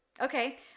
Okay